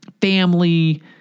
family